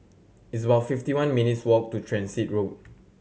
it's about fifty one minutes' walk to Transit Road